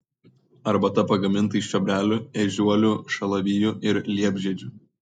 arbata pagaminta iš čiobrelių ežiuolių šalavijų ir liepžiedžių